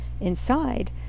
inside